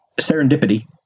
Serendipity